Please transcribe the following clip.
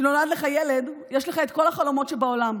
כשנולד לך ילד יש לך את כל החלומות שבעולם.